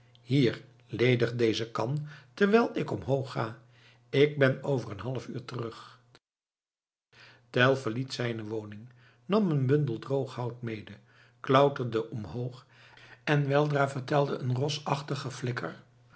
hier ledig deze kan terwijl ik omhoog ga ik ben over een half uur terug tell verliet zijne woning nam een bundel droog hout mede klauterde omhoog en weldra vertelde een rosachtig geflikker